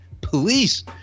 police